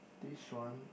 this one